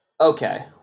Okay